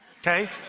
Okay